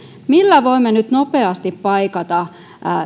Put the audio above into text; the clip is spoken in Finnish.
millä voimme nyt nopeasti paikata